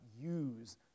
use